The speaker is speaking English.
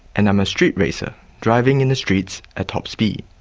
and i'm a street racer driving in the streets at top speed.